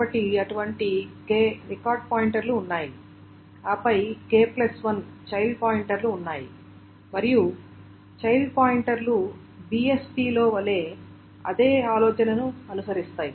కాబట్టి అటువంటి k record పాయింటర్లు ఉన్నాయి ఆపై k1 చైల్డ్ పాయింటర్లు ఉన్నాయి మరియు చైల్డ్ పాయింటర్లు BST లో వలె అదే ఆలోచనను అనుసరిస్తాయి